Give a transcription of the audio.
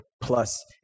plus